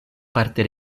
parte